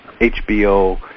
HBO